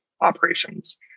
operations